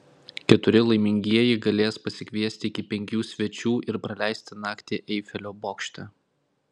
keturi laimingieji galės pasikviesti iki penkių svečių ir praleisti naktį eifelio bokšte